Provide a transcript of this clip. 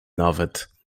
nawet